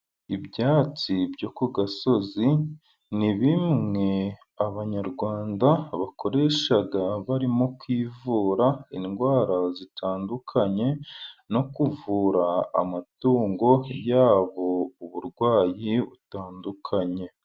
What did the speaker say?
Ibyatsi byo ku gasozi ni bimwe abanyarwanda bakoresha barimo kwivura indwara zitandukanye, no kuvura amatungo yabo uburwayi butandukanye.